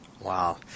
Wow